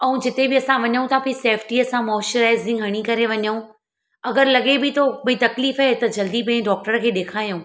ऐं जिते बि असां वञूं था भई सेफ्टीअ सां मॉइस्चराइजिंग हणी करे वञूं अगरि लॻे बि थो कोई तकलीफ़ आहे त जल्दी भई डॉक्टर खे ॾेखारियूं